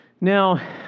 Now